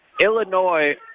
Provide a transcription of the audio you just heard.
Illinois